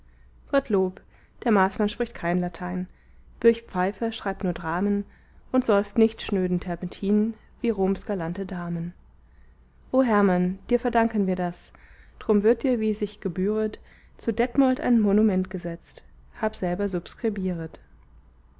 gottlob der maßmann spricht kein latein birch-pfeiffer schreibt nur dramen und säuft nicht schnöden terpentin wie roms galante damen o hermann dir verdanken wir das drum wird dir wie sich gebühret zu detmold ein monument gesetzt hab selber